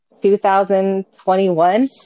2021